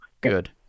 Good